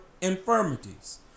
infirmities